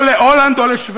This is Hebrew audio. או על הולנד או על שבדיה?